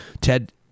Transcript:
ted